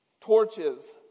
Torches